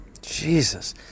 Jesus